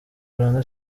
rwanda